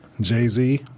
Jay-Z